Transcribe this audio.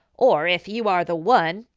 or if you are the one,